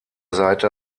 seite